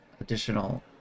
additional